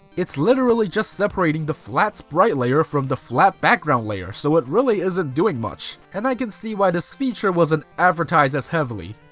it's literally just separating the flat sprite layer from the flat background layer, so it really isn't doing much, and i can see why this feature wasn't advertised as heavily.